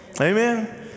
Amen